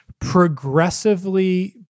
progressively